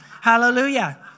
Hallelujah